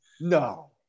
No